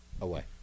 away